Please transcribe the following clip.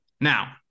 Now